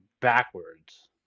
backwards